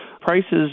Prices